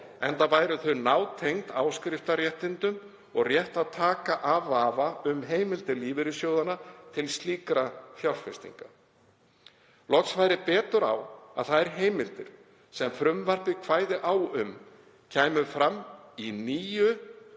enda væru þau nátengd áskriftarréttindum og rétt að taka af vafa um heimildir lífeyrissjóða til slíkra fjárfestinga. Loks færi betur á að þær heimildir sem frumvarpið kvæði á um kæmu fram í nýjum